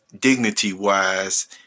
dignity-wise